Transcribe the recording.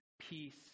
peace